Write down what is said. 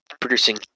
producing